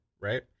right